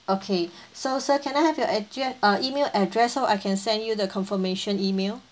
okay so sir can I have your address uh email address so I can send you the confirmation email